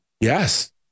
Yes